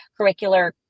curricular